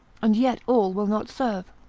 and yet all will not serve.